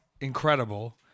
incredible